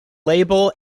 label